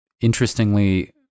interestingly